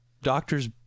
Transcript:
doctors